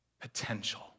potential